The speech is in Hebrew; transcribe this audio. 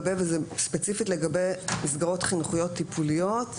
וזה ספציפית לגבי מסגרות חינוכיות-טיפוליות,